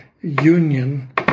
union